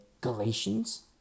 Galatians